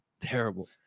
terrible